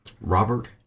Robert